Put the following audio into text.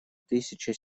тысяча